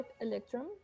electrum